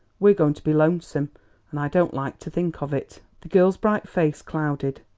we're going to be lonesome and i don't like to think of it. the girl's bright face clouded.